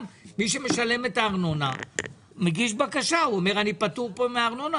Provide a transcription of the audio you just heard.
מי שמגיש בקשה אומר: אני פטור פה מארנונה,